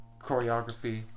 choreography